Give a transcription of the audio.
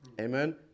Amen